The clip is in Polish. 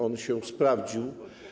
On się sprawdził.